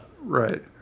Right